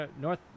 North